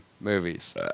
movies